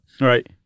Right